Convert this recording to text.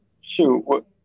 shoot